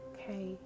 Okay